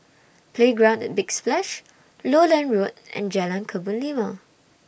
Playground At Big Splash Lowland Road and Jalan Kebun Limau